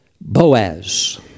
Boaz